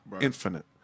Infinite